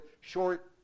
short